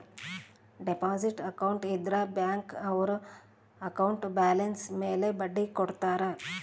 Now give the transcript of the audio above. deposit account ಇದ್ರ bank ಅವ್ರು account balance ಮೇಲೆ ಬಡ್ಡಿ ಕೊಡ್ತಾರ